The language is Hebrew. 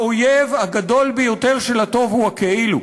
האויב הגדול ביותר של הטוב הוא הכאילו.